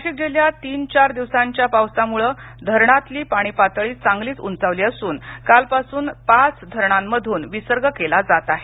नाशिक जिल्ह्यात तीन चार दिवसांच्या पावसामुळ धरणांतली पाणी पातळी चांगलीच उंचावली असून काल पासून पाच धरणांमधून विसर्ग केला जात आहे